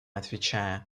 отвечая